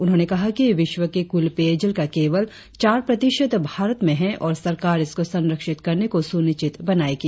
उन्होंने कहा कि विश्व के कुल पेयजल का केवल चार प्रतिशत भारत में है और सरकार इसकों संरक्षित करने को सुनिश्चित बनायेगी